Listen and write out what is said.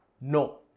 No